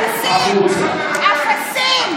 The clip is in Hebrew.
אפסים.